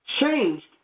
changed